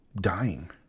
dying